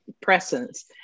presence